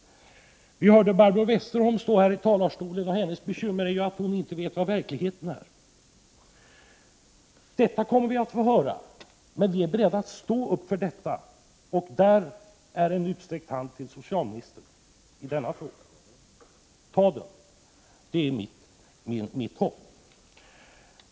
Vi hörde Barbro Westerholm här i talarstolen, och hennes bekymmer är att hon inte vet hur det ser ut i verkligheten. Detta kommer vi att få höra, men vi är beredda att stå upp för detta. Där är en utsträckt hand till socialministern i denna fråga. Ta den! Det är mitt hopp.